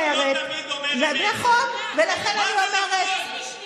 את אומרת שהשב"כ לא תמיד אומר את האמת,